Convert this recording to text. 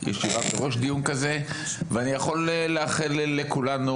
אני יכול לאחל לכולנו,